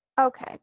okay